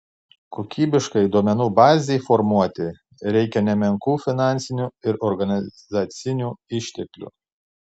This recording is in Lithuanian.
kokybiškai duomenų bazei formuoti reikia nemenkų finansinių ir organizacinių išteklių